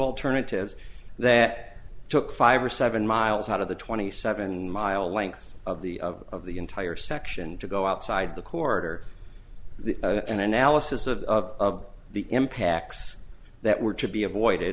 alternatives that took five or seven miles out of the twenty seven mile length of the of of the entire section to go outside the quarter the an analysis of the impacts that were to be avoided